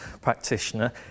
practitioner